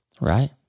Right